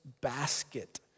basket